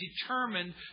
determined